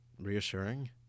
reassuring